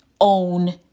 Own